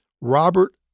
Robert